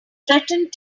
threatened